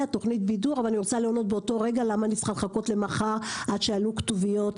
אבל אני רוצה לראות באותו רגע ולא לחכות למחר עד שיהיו כתוביות.